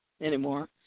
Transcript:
anymore